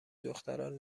دختران